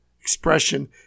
expression